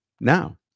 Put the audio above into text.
now